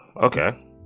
okay